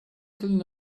clean